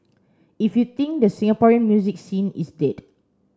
if you think the Singaporean music scene is dead